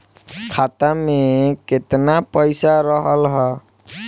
खाता में केतना पइसा रहल ह?